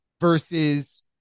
versus –